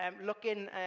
looking